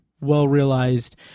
well-realized